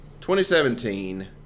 2017